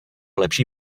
lepší